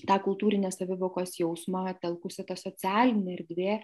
tą kultūrinės savivokos jausmą telkusi ta socialinė erdvė